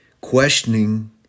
Questioning